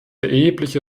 erhebliche